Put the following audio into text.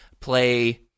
Play